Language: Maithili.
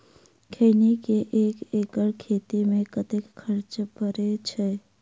खैनी केँ एक एकड़ खेती मे कतेक खर्च परै छैय?